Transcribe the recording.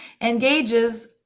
engages